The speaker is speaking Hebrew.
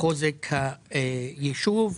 חוזק היישוב,